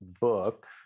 book